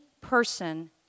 person